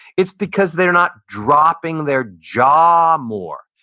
it's because they're not dropping their jaw more.